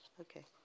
Okay